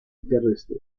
terrestre